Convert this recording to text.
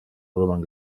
römern